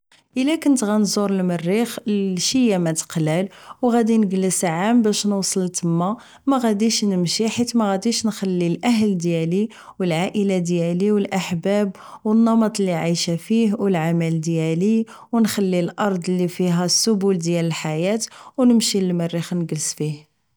الا كنت غنزور المريخ لشي يامات قلال و غادي نكلس عام باش نوصل لتما ماغاديش نمشي حيت مغاديش نخلي الاهل ديالي و العائلة و الاحباب و النمط اللي عايشة فيه و العمل ديالي و نخلي الارض اللي فيها السبل ديال الحياة و نمشي المريخ نكلس فيه